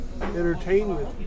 entertainment